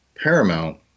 Paramount